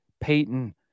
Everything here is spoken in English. Peyton